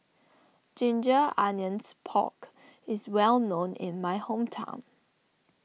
Ginger Onions Pork is well known in my hometown